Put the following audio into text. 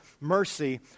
mercy